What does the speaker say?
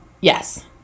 Yes